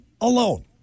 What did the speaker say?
alone